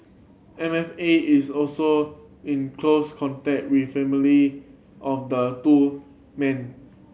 M F A is also in close contact with family of the two men